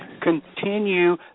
continue